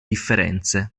differenze